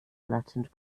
flattened